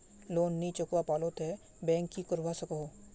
Loan नी चुकवा पालो ते बैंक की करवा सकोहो?